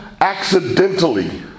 accidentally